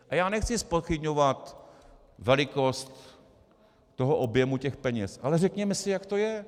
A já nechci zpochybňovat velikost objemu peněz, ale řekněme si, jak to je!